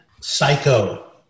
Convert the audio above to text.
Psycho